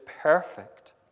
perfect